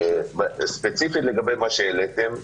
ספציפית לגבי מה שהעליתם.